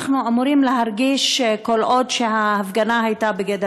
אנחנו אמורים להרגיש שכל עוד ההפגנה הייתה בגדר